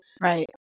right